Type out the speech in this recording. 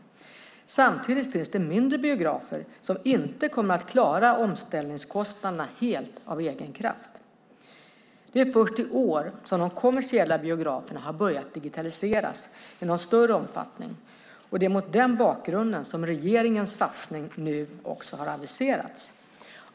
Samtidigt finns det mindre biografer som inte kommer att klara omställningskostnaderna helt av egen kraft. Det är först i år som de kommersiella biograferna har börjat digitaliseras i någon större omfattning, och det är mot den bakgrunden som regeringens satsning nu har aviserats.